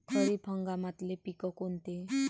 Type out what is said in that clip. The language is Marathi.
खरीप हंगामातले पिकं कोनते?